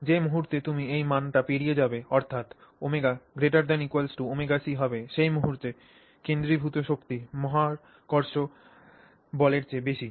যে মুহুর্তে তুমি এই মানটি পেরিয়ে যাবে অর্থাৎ ω ωc সেই মুহূর্তে কেন্দ্রীভূত শক্তি মহাকর্ষ বলের চেয়ে বেশি